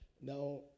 now